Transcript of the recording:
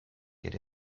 ere